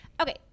Okay